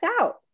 out